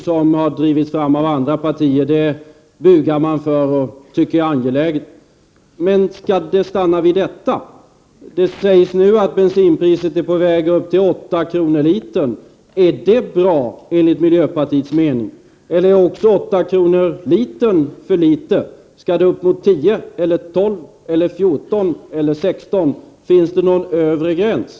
som har drivits fram av andra partier bugar miljöpartiet för och tycker är angelägen. Men skall det stanna vid detta? Det sägs nu att bensinpriset är på väg upp till 8 kr. litern. Är det bra enligt miljöpartiets mening? Eller är också 8 kr. litern för litet? Skall priset upp mot 9, 10, 12, 14 eller 16 kr.? Finns det alls någon övre gräns?